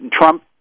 Trump